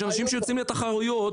יש אנשים שיוצאים לתחרויות,